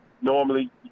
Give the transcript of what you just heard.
normally